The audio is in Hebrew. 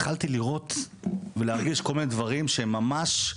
התחלתי לראות ולהרגיש כל מיני דברים שהם ממש,